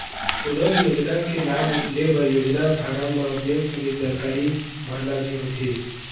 कोनो भी योजना के लाभ लेबर योजना फारम म बेंक के जानकारी भरना भी होथे